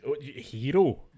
hero